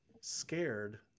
scared